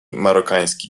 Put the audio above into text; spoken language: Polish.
marokański